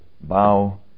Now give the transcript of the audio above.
bow